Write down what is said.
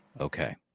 Okay